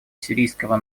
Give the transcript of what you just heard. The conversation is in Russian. сирийского